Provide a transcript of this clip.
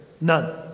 None